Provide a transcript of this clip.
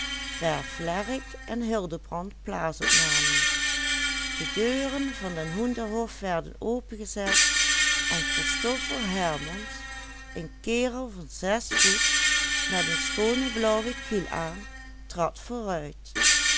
de deuren van den hoenderhof werden opengezet en christoffel hermans een kerel van zes voet met een schoone blauwe kiel aan trad vooruit